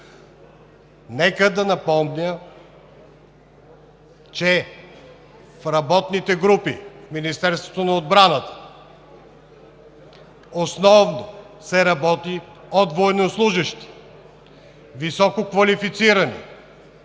Нека да напомня, че в работните групи в Министерството на отбраната основно се работи от военнослужещи – висококвалифицирани,